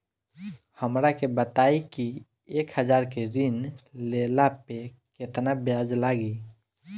हमरा के बताई कि एक हज़ार के ऋण ले ला पे केतना ब्याज लागी?